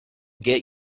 get